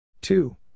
Two